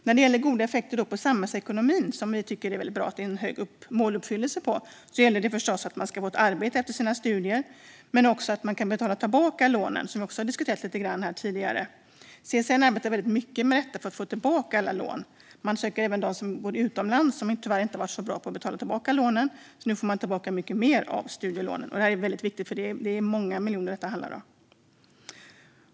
När det gäller goda effekter på samhällsekonomin, vilket vi tycker att det är bra att det är hög måluppfyllelse på, är det förstås viktigt att man ska få ett arbete efter sina studier - men också att man ska kunna betala tillbaka lånen, vilket har diskuterats lite grann här tidigare. CSN arbetar mycket med att få tillbaka alla lån. Man söker även dem som bor utomlands och som tyvärr inte har varit så bra på att betala tillbaka lånen, så nu får man tillbaka mycket mer av dem. Det är viktigt, för det är många miljoner det handlar om.